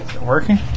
working